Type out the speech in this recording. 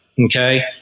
Okay